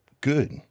Good